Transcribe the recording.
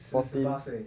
fourteen